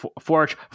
Forge